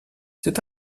c’est